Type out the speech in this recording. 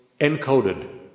encoded